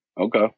Okay